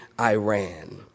Iran